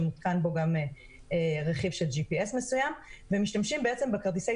שמותקן בו גם רכיב של GPS. משתמשים בעצם בכרטיסי